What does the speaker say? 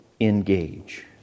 engage